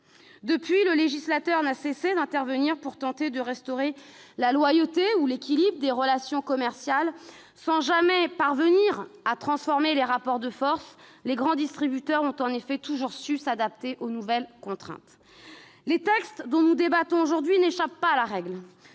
Depuis lors, le législateur n'a cessé d'intervenir pour tenter de restaurer « la loyauté » ou « l'équilibre » des relations commerciales, sans jamais parvenir à transformer les rapports de force. Les grands distributeurs ont en effet toujours su s'adapter aux nouvelles contraintes. Le texte dont nous débattons aujourd'hui n'échappe pas à la règle.